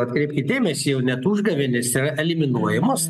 atkreipkit dėmesį jau net užgavėnės yra eliminuojamos